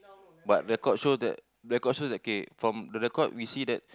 but record show that record show that okay from the record we see that